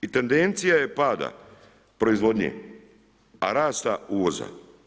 I tendencija je pada proizvodnje, a rasta uvoza.